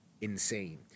Insane